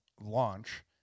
launch